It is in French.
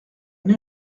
une